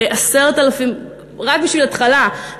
רק בשביל התחלה,